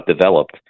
developed